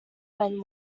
when